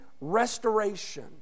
restoration